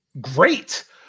great